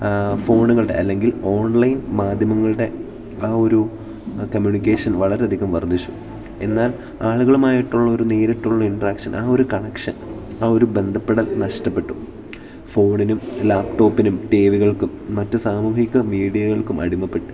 ഫോണുകളുടെ അല്ലെങ്കിൽ ഓൺലൈൻ മാധ്യമങ്ങളുടെ ആ ഒരു കമ്മ്യൂണിക്കേഷൻ വളരെധികം വർദ്ധിച്ചു എന്നാൽ ആളുകളുമായിട്ടുള്ളൊരു നേരിട്ടുള്ള ഇൻ്ററാക്ഷൻ ആ ഒരു കണക്ഷൻ ആ ഒരു ബന്ധപ്പെടൽ നഷ്ടപ്പെട്ടു ഫോണിനും ലാപ്ടോപ്പിനും ടി വികൾക്കും മറ്റ് സാമൂഹിക മീഡിയകൾക്കും അടിമപ്പെട്ട്